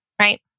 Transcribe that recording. right